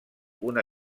una